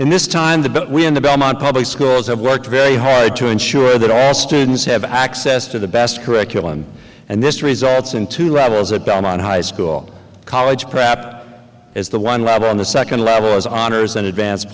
and this time the we in the belmont public schools have worked very hard to ensure that ass students have access to the best curriculum and this results in two levels a ban on high school college prep as the one lab on the second level is honors and advanced